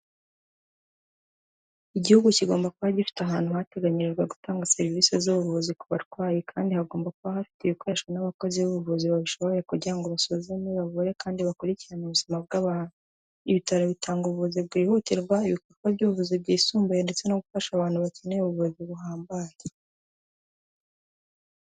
Igihugu kigomba kuba gifite ahantu hateganyijwe gutanga serivisi z'ubuvuzi ku barwayi kandi hagomba kuba hafite ibikoresho n'abakozi b'ubuvuzi babishoboye kugira ngo basoze bagore kandi bakurikirane ubuzima bw'abantu. Ibi bitaro bitanga ubuvuzi bwihutirwa ibikorwa by'ubuvuzi bwisumbuye ndetse no gufasha abantu bakeneye ubuvuzi buhambaye.